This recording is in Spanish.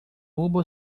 hubo